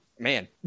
Man